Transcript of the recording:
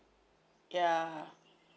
ya